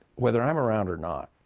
whether i'm around or not,